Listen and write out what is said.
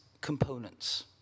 components